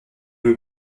nous